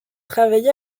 travaillé